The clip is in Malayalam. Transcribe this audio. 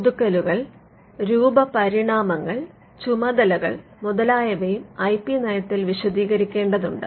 പുതുക്കലുകൾ രൂപപരിണാമങ്ങൾ ചുമതലകൾ മുതലായവയും ഐ പി നയത്തിൽ വിശദീകരിക്കേണ്ടതുണ്ട്